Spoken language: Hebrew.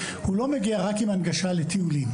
הוא לא מגיע רק עם הנגשה לטיולים,